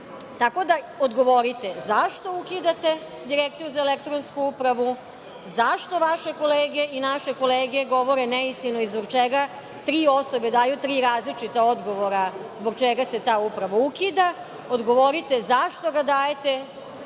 Tako da, odgovorite zašto ukidate Direkciju za elektronsku upravu? Zašto vaše kolege i naše kolege govore neistinu? Zbog čega tri osobe daju tri različita odgovora zbog čega se ta uprava ukida? Odgovorite zašto ga dajete